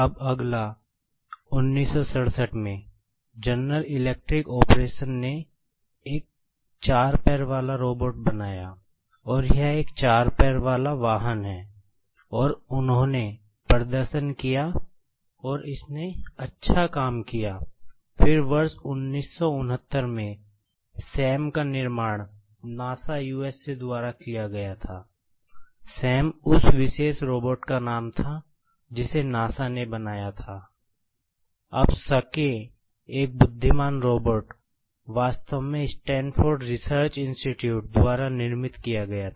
अब अगला 1967 में जनरल इलेक्ट्रिक ऑपरेशन द्वारा निर्मित किया गया था